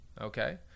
Okay